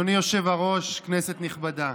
אדוני היושב-ראש, כנסת נכבדה,